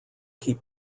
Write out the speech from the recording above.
keep